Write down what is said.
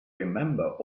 remember